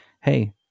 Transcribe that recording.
hey